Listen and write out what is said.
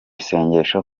sengesho